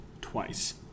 twice